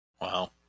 Wow